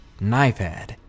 Knifehead